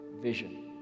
vision